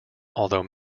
although